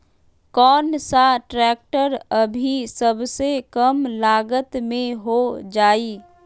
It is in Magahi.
कौन सा ट्रैक्टर अभी सबसे कम लागत में हो जाइ?